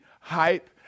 hype